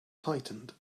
tightened